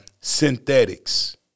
Synthetics